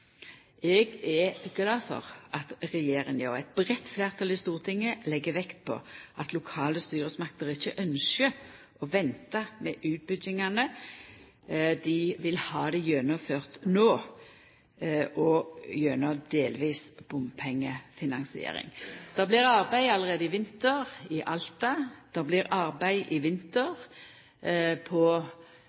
Eg er glad for at regjeringa og eit breitt fleirtal i Stortinget legg vekt på at lokale styresmakter ikkje ynskjer å venta med utbyggingane. Dei vil ha dei gjennomførte no, gjennom delvis bompengefinansiering. Det blir arbeidd allereie i vinter i Alta. Det blir arbeidd i vinter på